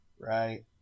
right